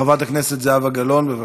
חברת הכנסת זהבה גלאון, בבקשה.